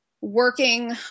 working